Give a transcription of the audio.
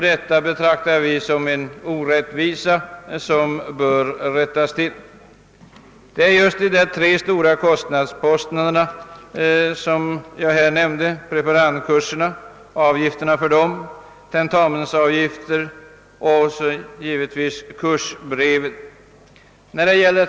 Det betraktar vi som en orättvisa, som bör elimineras. De mest betungande posterna är de jag nyss nämde: avgifter för preparandkurser, tentamensavgifter och givetvis kostnader för kursbrev.